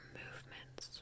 movements